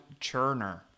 churner